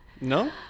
no